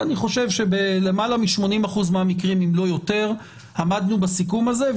אני חושב שלמעלה מ-80% מהמקרים אם לא יותר עמדנו בסיכום הזה.